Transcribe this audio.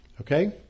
Okay